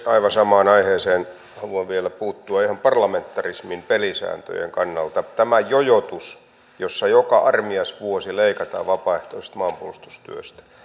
aivan samaan aiheeseen haluan vielä puuttua ihan parlamentarismin pelisääntöjen kannalta tämä jojotus jossa joka armias vuosi leikataan vapaaehtoisesta maanpuolustustyöstä